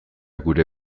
gure